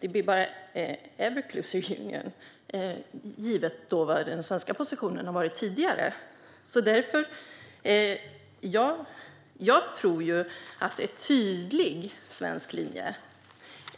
Det blir en ever closer union, givet vad den svenska positionen har varit tidigare. Jag tror att en tydlig svensk linje